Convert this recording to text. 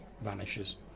vanishes